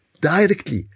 Directly